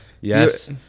yes